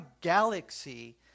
galaxy